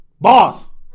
boss